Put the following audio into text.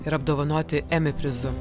ir apdovanoti emi prizu